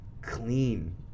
clean